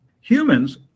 Humans